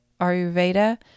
Ayurveda